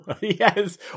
yes